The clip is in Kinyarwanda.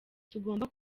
tugomba